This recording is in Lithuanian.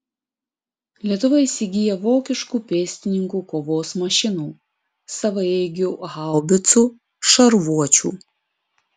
lietuva įsigyja vokiškų pėstininkų kovos mašinų savaeigių haubicų šarvuočių